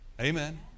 amen